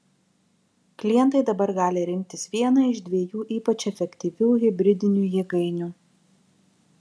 klientai dabar gali rinktis vieną iš dviejų ypač efektyvių hibridinių jėgainių